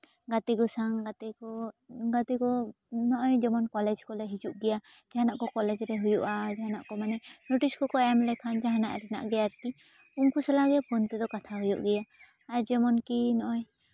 ᱜᱟᱛᱮ ᱠᱚ ᱥᱟᱶ ᱜᱟᱛᱮ ᱠᱚ ᱜᱟᱛᱮ ᱠᱚ ᱱᱚᱜᱼᱚᱭ ᱡᱮᱢᱚᱱ ᱠᱚᱞᱮᱡᱽ ᱠᱚᱞᱮ ᱦᱤᱡᱩᱜ ᱜᱮᱭᱟ ᱡᱟᱦᱟᱱᱟᱜ ᱠᱚ ᱠᱚᱞᱮᱡᱽ ᱨᱮ ᱦᱩᱭᱩᱜᱼᱟ ᱡᱟᱦᱟᱱᱟᱜ ᱠᱚ ᱢᱟᱱᱮ ᱱᱳᱴᱤᱥ ᱠᱚᱠᱚ ᱮᱢ ᱞᱮᱠᱷᱟᱱ ᱡᱟᱦᱟᱱᱟᱜ ᱨᱮᱱᱟᱜ ᱜᱮ ᱟᱨᱠᱤ ᱩᱱᱠᱩ ᱥᱟᱞᱟᱜ ᱜᱮ ᱯᱷᱳᱱ ᱛᱮᱫᱚ ᱠᱟᱛᱷᱟ ᱦᱩᱭᱩᱜ ᱜᱮᱭᱟ ᱟᱨ ᱡᱮᱢᱚᱱ ᱠᱤ ᱱᱚᱜᱼᱚᱭ